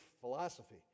philosophy